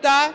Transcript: та